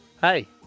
Hey